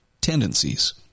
tendencies